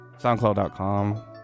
Soundcloud.com